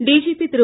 DGP Thiru